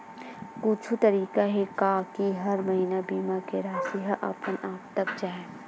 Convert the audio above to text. कुछु तरीका हे का कि हर महीना बीमा के राशि हा अपन आप कत जाय?